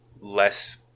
less